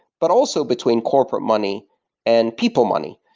but also between corporate money and people money.